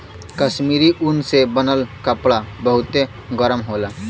कश्मीरी ऊन से बनल कपड़ा बहुते गरम होला